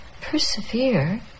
persevere